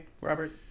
Robert